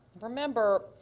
Remember